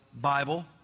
Bible